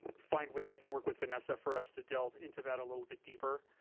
find ways i can work with vanessa for us to delve into that a little bit deeper.